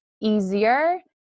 easier